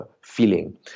feeling